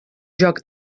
joc